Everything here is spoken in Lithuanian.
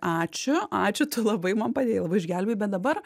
ačiū ačiū tu labai man padėjai labai išgelbėjai bet dabar